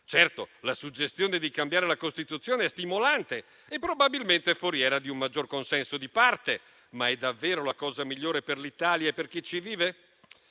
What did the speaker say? Certo, la suggestione di cambiare la Costituzione è stimolante e probabilmente è foriera di un maggior consenso di parte. Ma è davvero la cosa migliore per l'Italia e per chi ci vive?